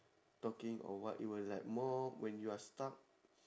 talking or what it will like more when you are stuck